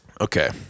Okay